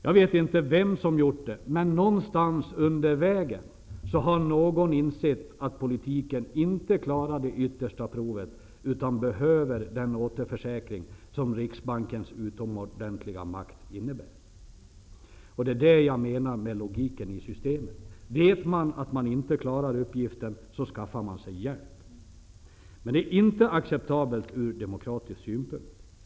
Jag vet inte vem som gjort det -- men någonstans under vägen har någon insett att politiken klarar inte det yttersta provet utan behöver den återförsäkring som Riksbankens utomordentliga makt innebär. Det är det jag menar med logiken i systemet. Vet man att man inte klarar uppgiften skaffar man sig hjälp. Men detta är inte acceptabelt ur demokratisk synpunkt.